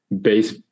base